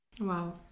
Wow